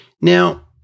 Now